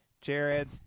Jared